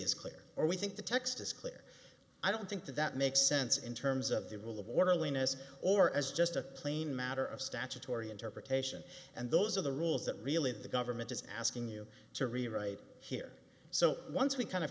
is clear we think the text is clear i don't think that that makes sense in terms of the will of the orderliness or as just a plain matter of statutory interpretation and those are the rules that really the government is asking you to rewrite here so once we kind of